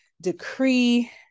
decree